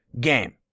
game